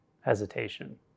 hesitation